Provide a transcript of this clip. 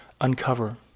uncover